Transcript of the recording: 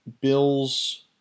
Bills